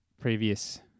previous